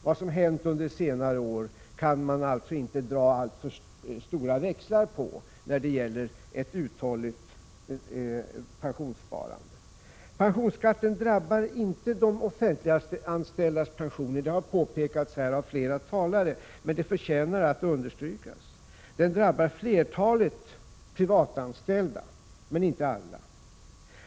Vad som hänt under senare år kan man alltså inte dra alltför stora växlar på när det gäller ett uthålligt pensionssparande. Pensionsskatten drabbar inte de offentliganställdas pensioner — det har påpekats här av flera talare, men det förtjänar att understrykas. Den drabbar flertalet privatanställda — men inte alla.